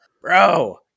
Bro